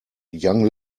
young